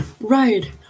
Right